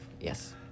Yes